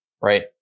Right